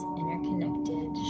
interconnected